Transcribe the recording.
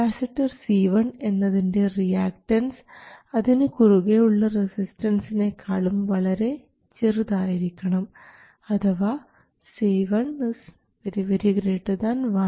capacitor C1 എന്നതിൻറെ reactance അതിനു കുറുകെയുള്ള റസിസ്റ്റൻസിനെക്കാളും വളരെ ചെറുതായിരിക്കണം അഥവാ C11ωRsRin